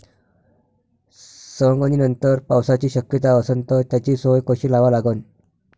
सवंगनीनंतर पावसाची शक्यता असन त त्याची सोय कशी लावा लागन?